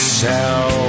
sell